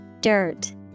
Dirt